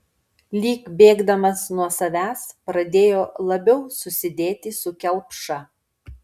lyg bėgdamas nuo savęs pradėjo labiau susidėti su kelpša